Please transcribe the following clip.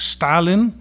Stalin